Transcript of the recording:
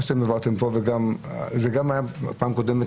לא הבהרתם את הנושא וגם זה היה בפעם הקודמת,